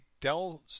Dell